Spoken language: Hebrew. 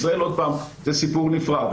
בישראל, עוד פעם, זה סיפור נפרד.